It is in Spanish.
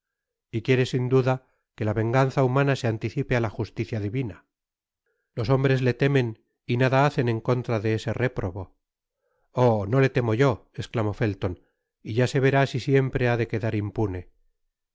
y quiere sin duda que la venganza humana se anticipe á la justicia divina los hombres le temen y nada hacen en contra de ese réprobo oh no le temo yo esclamó fetton y ya se verá si siempre ha de quedar impune